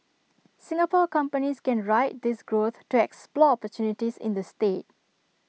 Singapore companies can ride this growth to explore opportunities in the state